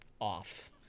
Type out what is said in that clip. off